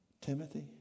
Timothy